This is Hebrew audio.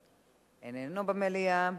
איננו במליאה.